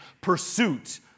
pursuit